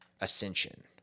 ascension